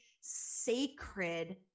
sacred